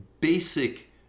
basic